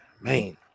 man